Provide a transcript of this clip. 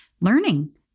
learning